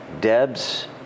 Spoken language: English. Deb's